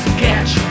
catch